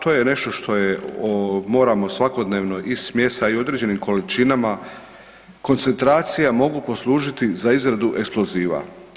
To je nešto što je moramo svakodnevno, i smjesa i u određenim količinama, koncentracija mogu poslužiti za izradu eksploziva.